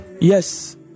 Yes